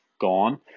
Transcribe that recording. gone